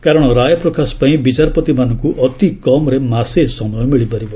କାରଣ ରାୟ ପ୍ରକାଶ ପାଇଁ ବିଚାରପତିମାନଙ୍କୁ ଅତିକମ୍ରେ ମାସେ ସମୟ ମିଳିପାରିବ